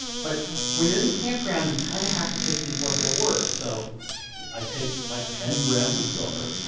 but when you're in the campground, you kind of have to take people at their word so i take my ten grams of silver,